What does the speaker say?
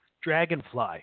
Dragonfly